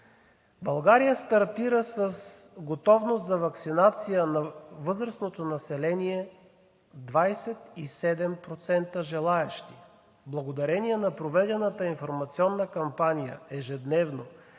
България стартира с готовност за ваксинация на възрастното население 27% желаещи, благодарение на проведената информационна кампания ежедневно